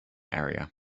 area